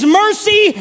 mercy